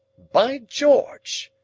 by george!